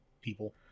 people